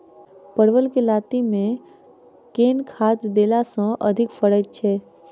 परवल केँ लाती मे केँ खाद्य देला सँ अधिक फरैत छै?